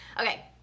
Okay